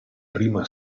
prima